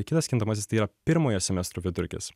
kitas kintamasis tai yra pirmojo semestro vidurkis